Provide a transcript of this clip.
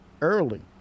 early